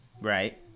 right